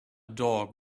dog